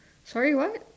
sorry what